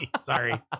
Sorry